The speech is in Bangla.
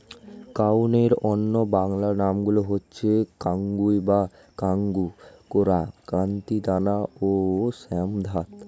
কাউনের অন্য বাংলা নামগুলো হচ্ছে কাঙ্গুই বা কাঙ্গু, কোরা, কান্তি, দানা ও শ্যামধাত